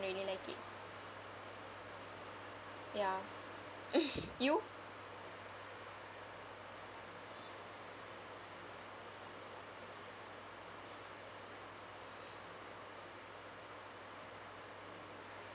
really like it ya you